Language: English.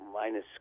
minus